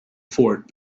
fort